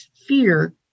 fear